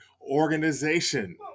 Organization